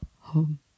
Home